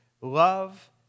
love